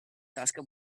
tasca